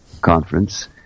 conference